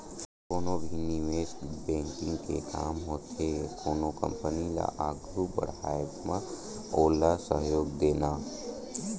कोनो भी निवेस बेंकिग के काम होथे कोनो कंपनी ल आघू बड़हाय म ओला सहयोग देना